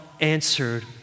answered